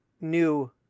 new